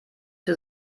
für